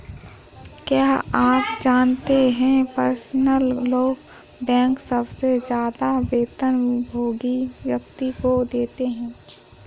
क्या आप जानते है पर्सनल लोन बैंक सबसे ज्यादा वेतनभोगी व्यक्ति को देते हैं?